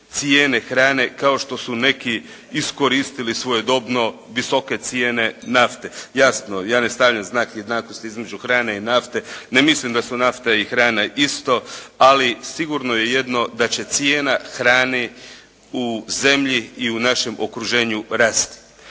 cijene hrane kao što su neki iskoristili svojedobno visoke cijene nafte. Jasno, ja ne stavljam znak jednakosti između hrane i nafte. Ne mislim da su nafta i hrana isto, ali sigurno je jedno da će cijena hrane u zemlji i u našem okruženju rasti.